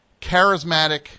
charismatic